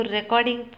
recording